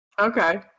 Okay